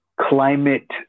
Climate